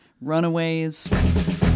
Runaways